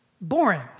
boring